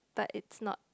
but it's not